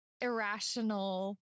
irrational